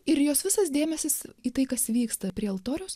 ir jos visas dėmesis į tai kas vyksta prie altoriaus